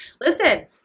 Listen